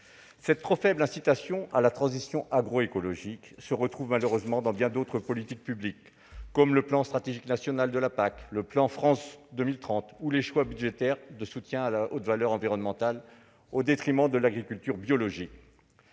Cette trop faible incitation à la transition agroécologique se retrouve malheureusement dans bien d'autres politiques publiques, comme le plan stratégique national de la PAC, le plan France 2030 ou les choix budgétaires de soutien à la haute valeur environnementale (HVE) au détriment de l'agriculture biologique.